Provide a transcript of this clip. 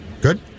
Good